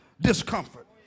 discomfort